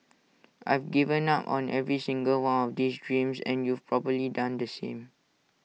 I've given up on every single one of these dreams and you've probably done the same